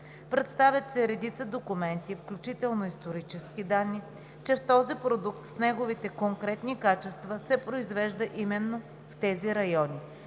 представят се редица документи, включително исторически данни, че този продукт с неговите конкретни качества се произвежда именно в тези райони.